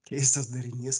keistas darinys